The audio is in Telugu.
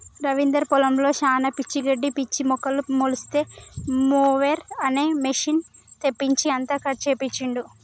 రవీందర్ పొలంలో శానా పిచ్చి గడ్డి పిచ్చి మొక్కలు మొలిస్తే మొవెర్ అనే మెషిన్ తెప్పించి అంతా కట్ చేపించిండు